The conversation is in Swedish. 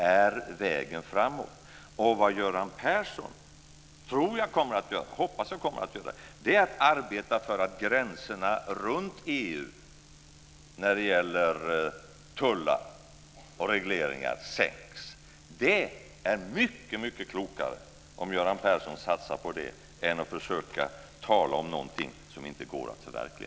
Vad jag tror och hoppas att Göran Persson kommer att göra är att arbeta för att gränserna runt EU när det gäller tullar och regleringar sänks. Det är mycket klokare om Göran Persson satsar på det än att försöka tala om någonting som inte går att förverkliga.